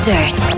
Dirt